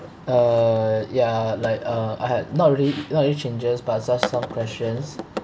uh ya like uh I had not really not really changes but just some questions